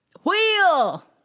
WHEEL